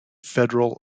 federal